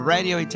Radio